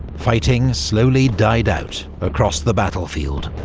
fighting slowly died out across the battlefield.